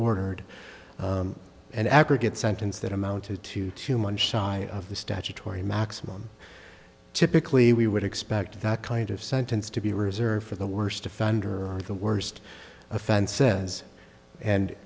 ordered and aggregate sentence that amounted to two months shy of the statutory maximum typically we would expect that kind of sentence to be reserved for the worst offender are the worst offense says and